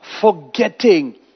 Forgetting